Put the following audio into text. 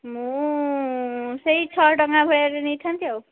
ମୁଁ ସେଇ ଛଅଟଙ୍କା ଭଳିଆରେ ନେଇଥାନ୍ତି ଆଉ